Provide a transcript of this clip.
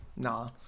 Nah